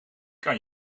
kan